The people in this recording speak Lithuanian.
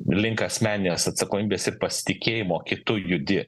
link asmeninės atsakomybės ir pasitikėjimo kitu judi